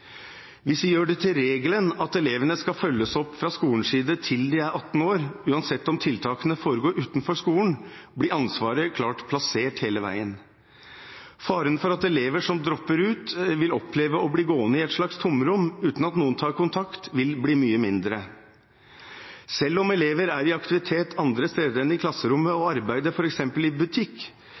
Hvis vi gjør det til regelen at elevene skal følges opp fra skolens side til de er 18 år, uansett om tiltakene foregår utenfor skolen, blir ansvaret klart plassert hele veien. Faren for at elever som dropper ut vil oppleve å bli gående i et slags tomrom, uten at noen tar kontakt, vil bli mye mindre. Selv om elever er i aktivitet andre steder enn i klasserommet og arbeider f.eks. i butikk,